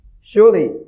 surely